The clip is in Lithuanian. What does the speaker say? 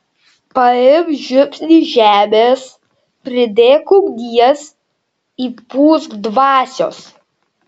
paimk žiupsnį žemės pridėk ugnies įpūsk dvasios